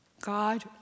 God